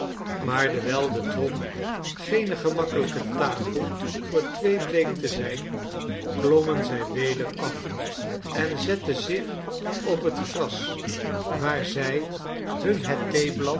maar dewijl de trom geene gemakkelijke tafel voor twee bleek te zijn klommen zij weder af en zetten zich op het gras waar zij hun het theeblad